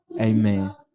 amen